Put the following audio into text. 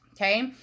okay